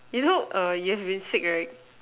you know err you have been sick right